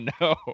no